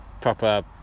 proper